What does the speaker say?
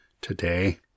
today